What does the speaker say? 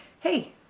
Hey